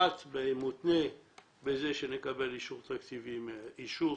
מותנה בזה שנקבל אישור של האוצר,